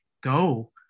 go